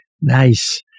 Nice